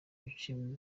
bice